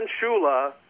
Shula